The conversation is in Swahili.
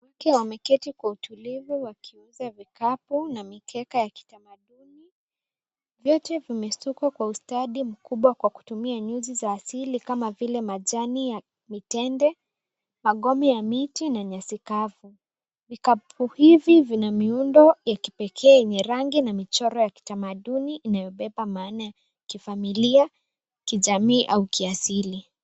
Wakina mama wameketi kwa utulivu wakiuza vikapu na mikeka ya kitamaduni. Vitu hivi vimesokotwa kwa ustadi mkubwa kwa kutumia nyuzi za asili kama majani ya mitende, magome ya miti na nyasi kavu. Vikapu hivi vina miundo ya kipekee, rangi na michoro ya kitamaduni inayobeba maana ya kifamilia, kijamii au kiasili.